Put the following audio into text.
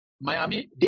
Miami